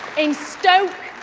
in stoke,